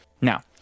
Now